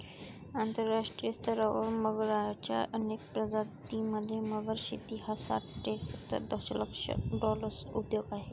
आंतरराष्ट्रीय स्तरावर मगरच्या अनेक प्रजातीं मध्ये, मगर शेती हा साठ ते सत्तर दशलक्ष डॉलर्सचा उद्योग आहे